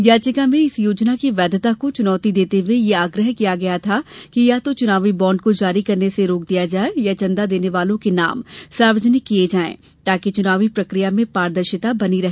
याचिका में इस योजना की वैधता को चुनौती देते हुए यह आग्रह किया गया था कि या तो चुनावी बाँड को जारी करने से रोक दिया जाए या चंदा देने वालों के नाम सार्वजनिक किया जाए ताकि चुनावी प्रक्रिया में पारदर्शिता बनी रहे